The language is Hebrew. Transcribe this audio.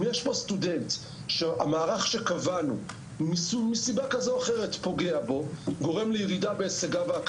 אם יש פה סטודנט שהמערך שקבענו פוגע בו מסיבה כזו או אחרת,